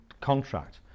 contract